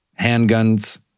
handguns